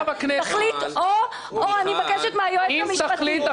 תחליט אני מבקשת מהיועץ המשפטי או